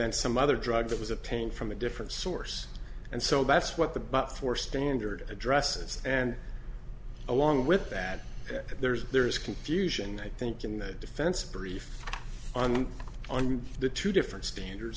then some other drug that was obtained from a different source and so that's what the but for standard addresses and along with that there's there is confusion i think in the defense brief on the two different standards